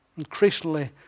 increasingly